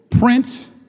Prince